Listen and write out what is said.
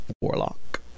warlock